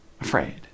Afraid